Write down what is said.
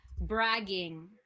bragging